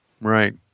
Right